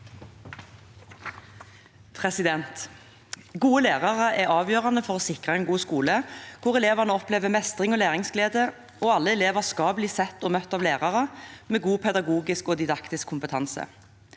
Gode lærere er av- gjørende for å sikre en god skole hvor elevene opplever mestring og læringsglede og alle elever blir sett og møtt av lærere med god pedagogisk og didaktisk kompetanse.